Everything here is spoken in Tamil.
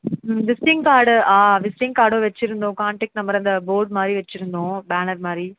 ம் விசிட்டிங் கார்டு ஆ விசிட்டிங் கார்டும் வச்சுருந்தோம் கான்டேக்ட் நம்பர் அந்த போர்ட் மாதிரி வச்சுருந்தோம் பேனர் மாதிரி